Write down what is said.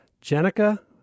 Jenica